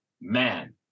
man